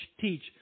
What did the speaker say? teach